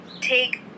take